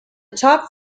top